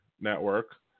network